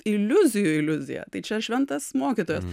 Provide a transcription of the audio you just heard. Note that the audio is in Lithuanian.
iliuzijų iliuzija tai čia šventas mokytojas